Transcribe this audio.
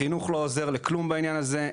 החינוך לא עוזר לכלום בעניין הזה,